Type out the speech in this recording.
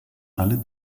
alle